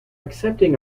accepting